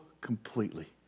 completely